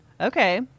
Okay